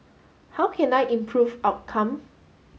how can I improve outcome